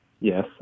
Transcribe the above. Yes